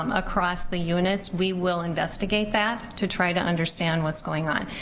um across the units, we will investigate that to try to understand what's going on.